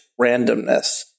randomness